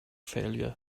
failure